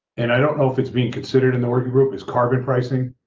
and i don't know if it's being considered in the working group is carbon pricing.